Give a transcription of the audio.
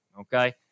okay